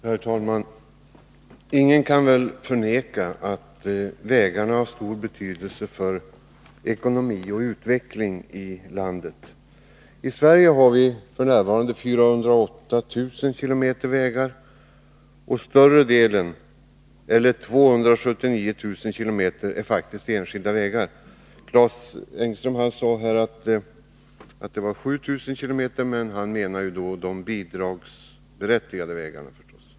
Herr talman! Ingen kan förneka att vägarna har stor betydelse för ekonomi och utveckling i landet. I Sverige har vi f. n. 408 000 km vägar, och större delen — 279 000 km — är faktiskt enskilda vägar. Claes Elmstedt sade här att det var 7 000 km, men han menade då de bidragsberättigade vägarna.